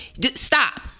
Stop